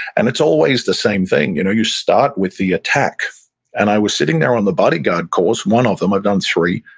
and it's always the same thing. you know you start with the attack and i was sitting there in the bodyguard course, one of them, i've done three.